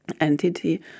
entity